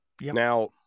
Now